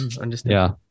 understand